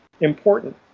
important